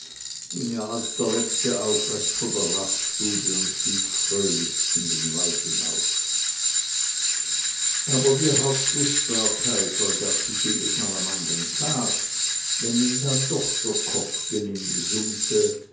ging er als der letzte aufrecht von der ratsstube und stieg fröhlich in den wald hinauf aber die hauptlustbarkeit ergab sich jedesmal am andern tag wenn ihm dann doch der kopf gelinde summte